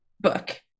book